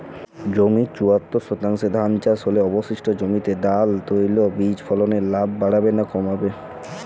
জমির চুয়াত্তর শতাংশে ধান চাষ হলে অবশিষ্ট জমিতে ডাল তৈল বীজ ফলনে লাভ বাড়বে না কমবে?